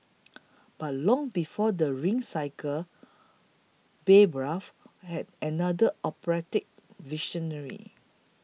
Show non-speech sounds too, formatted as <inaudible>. <noise> but long before the Ring Cycle Bayreuth had another operatic visionary